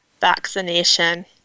vaccination